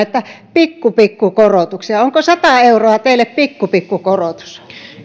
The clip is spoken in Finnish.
että pikku pikku korotuksia onko sata euroa teille pikku pikku korotus